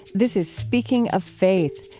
this is speaking of faith,